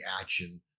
action